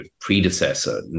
predecessor